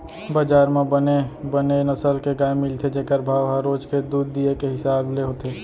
बजार म बने बने नसल के गाय मिलथे जेकर भाव ह रोज के दूद दिये के हिसाब ले होथे